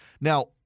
Now